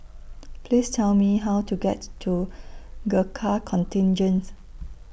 Please Tell Me How to get to Gurkha Contingent